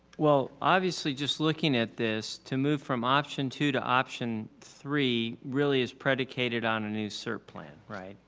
well, obviously, just looking at this to move from option two to option three really is predicated on a new serp plan, right?